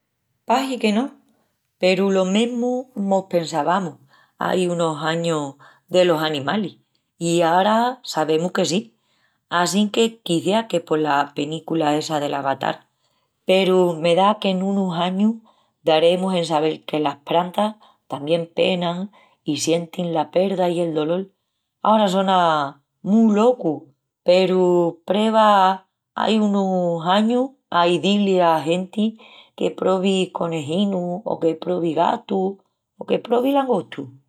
Pahi que no, peru lo mesmu mos pensavamus ai unus añus delos animalis i ara sabemus que sí. Assinque, quiciás que pola penícula essa del Avatar peru me da qu'en unus añus daremus en sabel que las prantas tamién penan i sientin la perda i el dolol. Ara sona mu locu peru preva ai unus añus a izí-li a genti que probi conejinu o que probi gatu o que probi langostu.